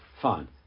fine